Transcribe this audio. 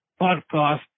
podcast